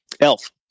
Elf